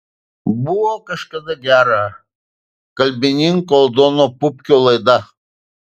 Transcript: buvo kažkada gera kalbininko aldono pupkio laida